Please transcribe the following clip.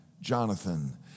Jonathan